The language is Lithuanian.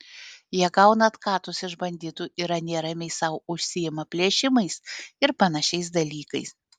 jie gauna atkatus iš banditų ir anie ramiai sau užsiima plėšimais ir panašiais dalykais